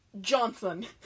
Johnson